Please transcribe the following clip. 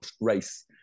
race